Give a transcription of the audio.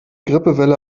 grippewelle